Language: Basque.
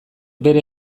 bere